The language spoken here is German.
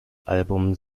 album